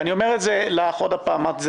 אני אומר את זה עוד הפעם לך,